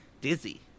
Dizzy